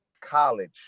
college